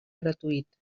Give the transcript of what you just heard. gratuït